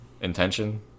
intention